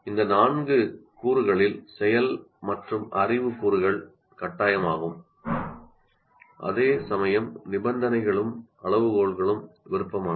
இந்த நான்கு கூறுகளில் செயல் மற்றும் அறிவு கூறுகள் கட்டாயமாகும் அதேசமயம் நிபந்தனைகளும் அளவுகோல்களும் விருப்பமானவை